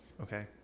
Okay